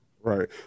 Right